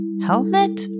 helmet